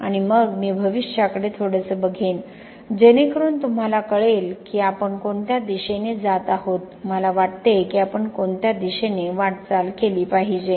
आणि मग मी भविष्याकडे थोडेसे बघेन जेणेकरून तुम्हाला कळेल की आपण कोणत्या दिशेने जात आहोत मला वाटते की आपण कोणत्या दिशेने वाटचाल केली पाहिजे